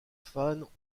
fans